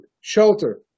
shelter